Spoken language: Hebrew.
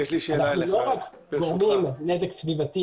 אנחנו לא רק גורמים נזק סביבתי,